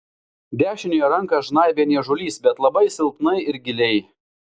dešiniąją ranką žnaibė niežulys bet labai silpnai ir giliai